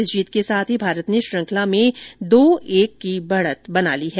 इस जीत के साथ ही भारत ने श्रृंखला में दो एक की बढ़त बना ली है